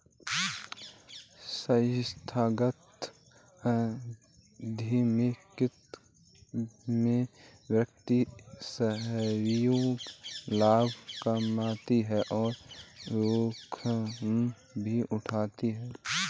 संस्थागत उधमिता में व्यक्ति स्वंय लाभ कमाता है और जोखिम भी उठाता है